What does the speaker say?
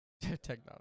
Technology